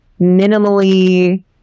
minimally